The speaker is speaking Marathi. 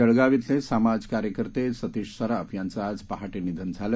जळगाव श्वले समाज कार्यकर्ते सतीश सराफ यांचं आज पहाटे निधन झालं